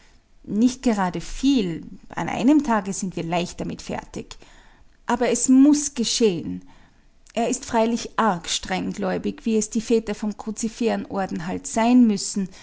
nicht gerade viel an einem tage sind wir leicht damit fertig aber es muß geschehen er ist freilich arg strenggläubig wie es die väter vom cruciferen orden halt sein müssen